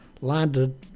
landed